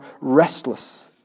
restless